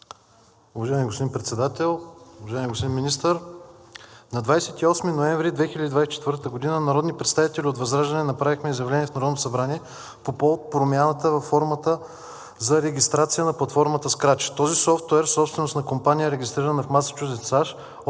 Уважаеми господин Председател! Уважаеми господин Министър, на 28 ноември 2024 г. народни представители от ВЪЗРАЖДАНЕ направихме изявление в Народното събрание по повод промяната във формата за регистрация на платформата Scratch. Този софтуер, собственост на компания, регистрирана в Масачузетс, САЩ,